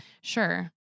Sure